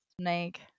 snake